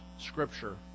Scripture